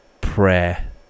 prayer